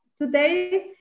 today